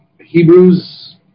Hebrews